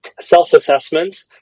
self-assessment